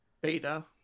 Beta